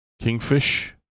kingfish